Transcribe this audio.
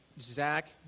Zach